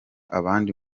abandi